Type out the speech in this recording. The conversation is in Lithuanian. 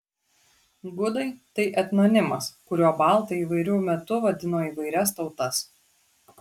gudai tai etnonimas kuriuo baltai įvairiu metu vadino įvairias tautas